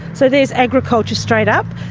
so there's agriculture straight up,